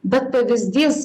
bet pavyzdys